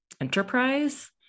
enterprise